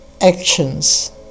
actions